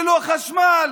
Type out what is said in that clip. ללא חשמל.